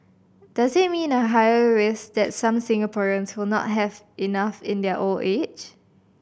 does it mean a higher risk that some Singaporeans will not have enough in their old age